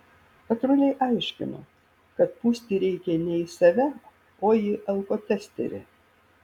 patruliai aiškino kad pūsti reikia ne į save o į alkotesterį